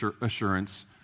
assurance